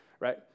Right